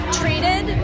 treated